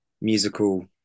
musical